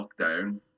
lockdown